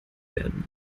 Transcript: werden